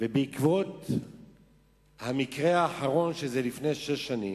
בעקבות המקרה האחרון, שזה לפני שש שנים,